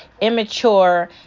immature